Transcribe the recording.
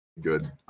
good